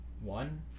one